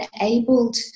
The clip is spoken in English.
enabled